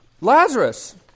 Lazarus